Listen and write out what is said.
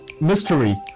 mystery